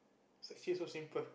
sec three so simple